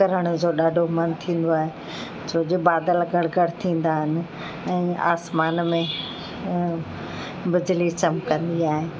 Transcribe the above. करण जो ॾाढो मनु थींदो आहे छोजे बादल कर कर थींदा आहिनि ऐं आसमान में बिजली चमकंदी आहे